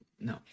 no